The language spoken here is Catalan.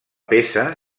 peça